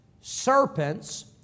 serpents